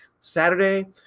Saturday